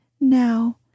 now